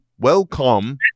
welcome